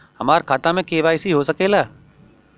हमार खाता में के.वाइ.सी हो सकेला?